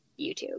YouTube